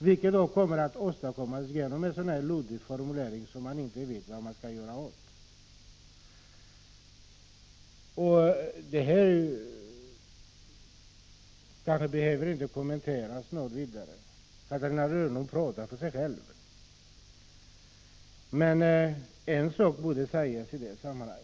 Det skulle alltså bli resultatet av den luddiga formulering som man inte vet vad man skall göra med. Jag tycker att det inte behövs några ytterligare kommentarer i detta sammanhang. Catarina Rönnung får själv stå för vad hon säger. En sak borde dock framhållas.